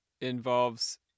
involves